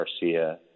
Garcia